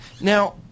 Now